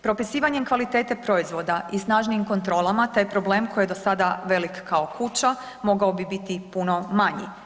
Propisivanjem kvalitete proizvoda i snažnijim kontrolama, taj problem koji je dosada velik kao kuća mogao bi bit i puno manji.